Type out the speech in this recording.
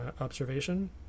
observation